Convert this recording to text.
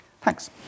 Thanks